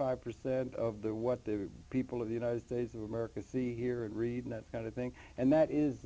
five percent of the what the people of the united states of america see hear and read that kind of thing and that is